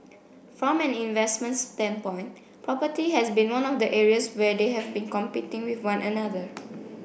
from an investment standpoint property has been one of the areas where they have been competing with one another